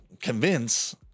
convince